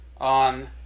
on